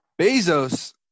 Bezos